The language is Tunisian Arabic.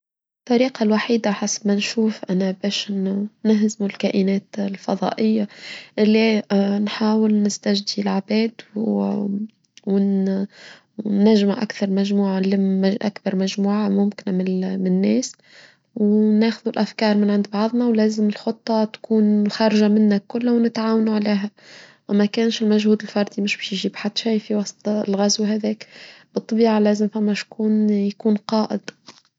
الطريقة الوحيدة حسب ما نشوف أنا باش نهزم الكائنات الفضائية اللي نحاول نستجدي العباد ونجمع أكثر مجموعة نلم أكبر مجموعة ممكنة من الناس وناخد الأفكار من عند بعضنا ولازم الخطة تكون خارجة مننا كلها ونتعاونوا عليها وما كانش المجهود الفردي مش بشي جيب حد شايفي وسط الغاز وهذاك الطبيعة لازم فماش يكون قائد.